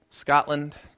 Scotland